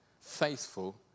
faithful